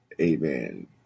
Amen